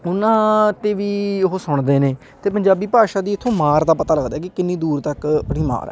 ਉਹਨਾਂ 'ਤੇ ਵੀ ਉਹ ਸੁਣਦੇ ਨੇ ਅਤੇ ਪੰਜਾਬੀ ਭਾਸ਼ਾ ਦੀ ਇੱਥੋਂ ਮਾਰ ਦਾ ਪਤਾ ਲੱਗਦਾ ਕਿ ਕਿੰਨੀ ਦੂਰ ਤੱਕ ਆਪਣੀ ਮਾਰ ਹੈ